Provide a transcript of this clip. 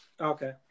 Okay